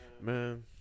man